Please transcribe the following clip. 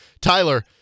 Tyler